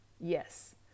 Yes